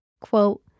quote